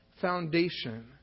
foundation